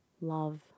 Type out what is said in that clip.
love